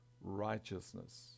righteousness